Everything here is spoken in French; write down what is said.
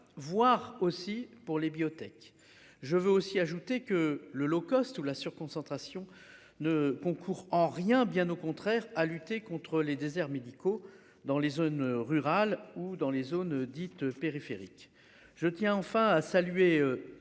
Voir aussi pour les biotechs. Je veux aussi ajouter que le low-cost ou la surconcentration ne concourent en rien, bien au contraire, à lutter contre les déserts médicaux dans les zones rurales ou dans les zones dites périphériques je tiens enfin à saluer